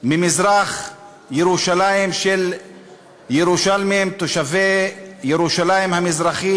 של מזרח-ירושלים מירושלמים תושבי ירושלים המזרחית,